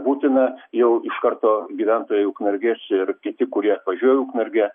būtina jau iš karto gyventojai ukmergės ir kiti kurie atvažiuoja į ukmergę